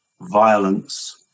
violence